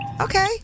Okay